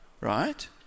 Right